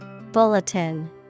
Bulletin